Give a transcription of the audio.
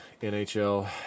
NHL